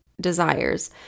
desires